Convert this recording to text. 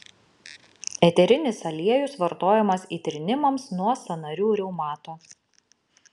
eterinis aliejus vartojamas įtrynimams nuo sąnarių reumato